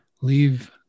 Leave